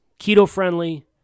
keto-friendly